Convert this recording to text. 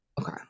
Okay